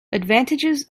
advantages